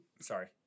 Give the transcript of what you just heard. Sorry